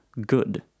good